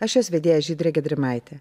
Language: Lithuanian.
aš jos vedėja žydrė gedrimaitė